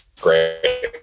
great